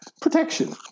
protection